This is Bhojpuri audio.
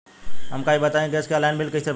हमका ई बताई कि गैस के ऑनलाइन बिल कइसे भरी?